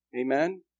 Amen